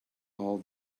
all